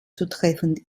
zutreffend